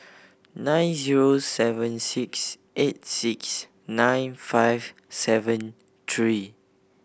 nine zero seven six eight six nine five seven three